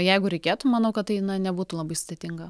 jeigu reikėtų manau kad tai na nebūtų labai sudėtinga